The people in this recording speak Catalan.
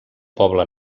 poble